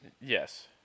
Yes